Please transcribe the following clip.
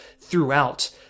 throughout